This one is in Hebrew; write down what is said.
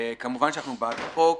כמובן, אנחנו בעד החוק.